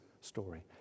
story